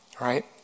right